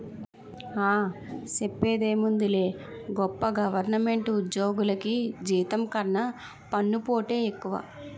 ఆ, సెప్పేందుకేముందిలే గొప్ప గవరమెంటు ఉజ్జోగులికి జీతం కన్నా పన్నుపోటే ఎక్కువ